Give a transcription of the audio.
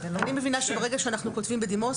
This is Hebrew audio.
אני מבינה שברגע שאנחנו כותבים בדימוס,